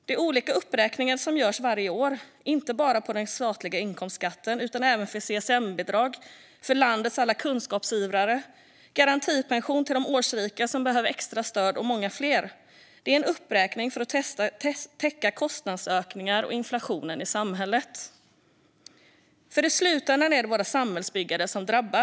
De olika uppräkningar som görs varje år - inte bara av den statliga inkomstskatten utan även för CSN-bidrag för landets alla kunskapsivrare, garantipension till de årsrika som behöver extra stöd och många fler - ska täcka kostnadsökningar och inflationen i samhället. I slutändan är det våra samhällsbyggare som drabbas.